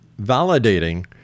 validating